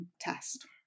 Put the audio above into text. test